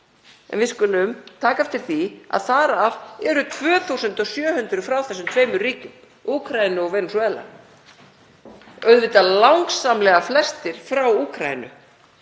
Við skulum taka eftir því að þar af eru 2.700 frá þessum tveimur ríkjum, Úkraínu og Venesúela, auðvitað langsamlega flestir frá Úkraínu.